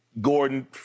Gordon